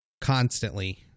constantly